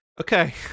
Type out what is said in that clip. okay